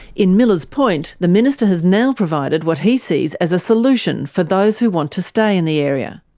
in millers point, the minister has now provided what he sees as a solution for those who want to stay in the area.